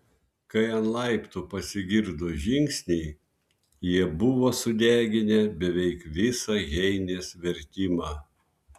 kai ant laiptų pasigirdo žingsniai jie buvo sudeginę beveik visą heinės vertimą